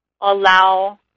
allow